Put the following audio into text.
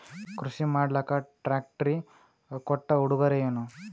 ಕೃಷಿ ಮಾಡಲಾಕ ಟ್ರಾಕ್ಟರಿ ಕೊಟ್ಟ ಉಡುಗೊರೆಯೇನ?